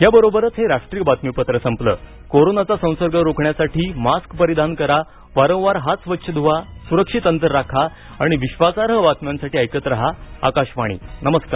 या बरोबरच हे राष्ट्रीय बातमीपत्र संपलं कोरोनाचा संसर्ग रोखण्यासाठी मास्क परिधान करा वारंवार हात स्वच्छ धूवा सूरक्षित अंतर राखा आणि विश्वासार्ह बातम्यांसाठी ऐकत राहा आकाशवाणी नमस्कार